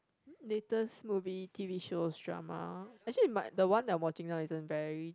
latest movie t_v shows drama actually m~ the one I'm watching now isn't very